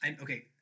Okay